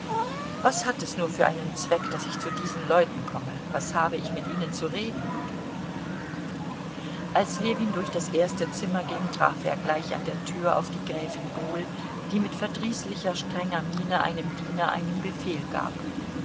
was hat es nur für einen zweck daß ich zu diesen leuten komme was habe ich mit ihnen zu reden als ljewin durch das erste zimmer ging traf er gleich an der tür auf die gräfin bohl die mit verdrießlicher strenger miene einem diener einen befehl gab